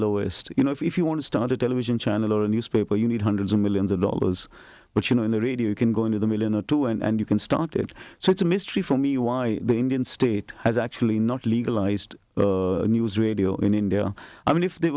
lowest you know if you want to start a television channel or a newspaper you need hundreds of millions of dollars but you know in the radio can go into the million or two and you can start it so it's a mystery for me why the indian state has actually not legalized news radio in india i mean if they